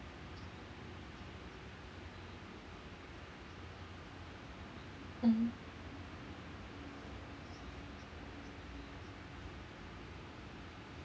mmhmm